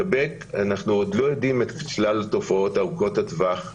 אנחנו עוד לא יודעים את שלל התופעות ארוכות הטווח,